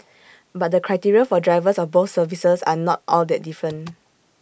but the criteria for drivers of both services are not all that different